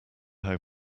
how